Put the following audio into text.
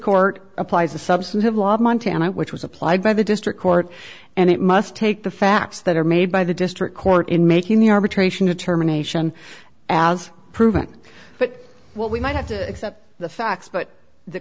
court applies a substantive law montana which was applied by the district court and it must take the facts that are made by the district court in making the arbitration determination as proven but what we might have to accept the facts but the